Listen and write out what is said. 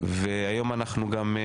והיום אנחנו גם,